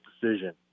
decision